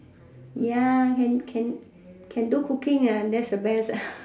ya can can can do cooking ah that's the best